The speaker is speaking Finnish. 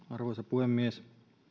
puhemies